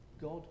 God